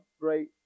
great